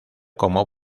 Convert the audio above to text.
como